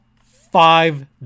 five